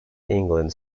england